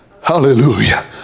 hallelujah